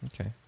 Okay